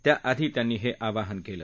त्याआधी त्यांनी हे आवाहन केलं